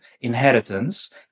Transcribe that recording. inheritance